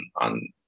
on